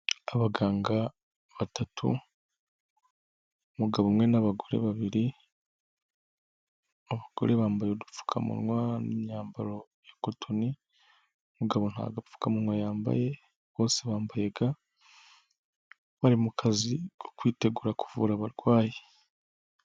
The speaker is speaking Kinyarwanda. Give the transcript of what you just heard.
Abaganga batatu umugabo umwe n'abagore babiri, abagore bambaye udupfukamunwa n'imyambaro ya kotoni, umugabo nta gapfukamunwa yambaye, bose bambaye ga bari mu kazi ko kwitegura kuvura abarwayi.